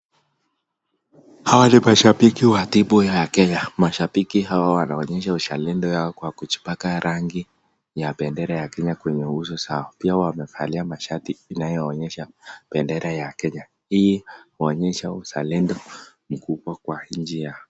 Hawa ni mashabiki wa timu ya Kenya. Mashabiki hawa wanaonyesha uzalendo yao kwa kujipaka rangi ya bendera ya Kenya kwenye uso zao. Pia wamevaa mashati inayoonyesha bendera ya Kenya. Hii inaonyesha uzalendo mkubwa kwa nchi yao.